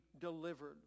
delivered